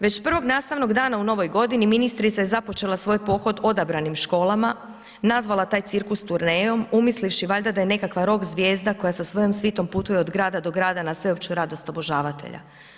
Već prvog nastavnog dana u novoj godini ministrica je započela svoj pohod odabranim školama, nazvala taj cirkus turnejom, umislivši valjda da je nekakva rock zvijezda koja sa svojom svitom putuje od grada do grada na sveopću radost obožavatelja.